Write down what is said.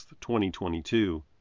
2022